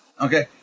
Okay